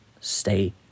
stay